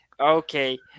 Okay